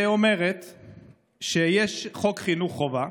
שאומרת שיש חוק חינוך חובה,